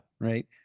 right